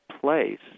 place